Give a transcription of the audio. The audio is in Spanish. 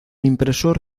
impresor